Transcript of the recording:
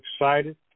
excited